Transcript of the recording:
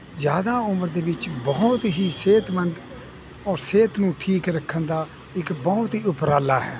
ਜਿਆਦਾ ਉਮਰ ਦੇ ਵਿੱਚ ਬਹੁਤ ਹੀ ਸਿਹਤਮੰਦ ਔਰ ਸਿਹਤ ਨੂੰ ਠੀਕ ਰੱਖਣ ਦਾ ਇੱਕ ਬਹੁਤ ਹੀ ਉਪਰਾਲਾ ਹੈ